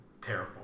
Terrible